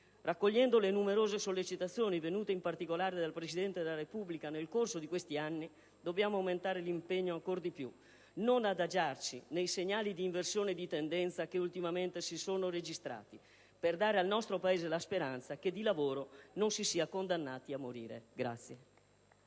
Raccogliendo le numerose sollecitazioni, venute in particolare dal Presidente della Repubblica nel corso di questi anni, dobbiamo aumentare ancor di più l'impegno e non adagiarci sui segnali di inversione di tendenza che ultimamente si sono registrati, così da dare al nostro Paese la speranza che di lavoro non si sia condannati a morire.